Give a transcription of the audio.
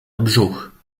brzuch